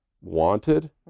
wanted